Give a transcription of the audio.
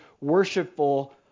worshipful